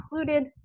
included